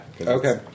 okay